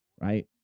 right